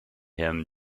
him